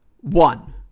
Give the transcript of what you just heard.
one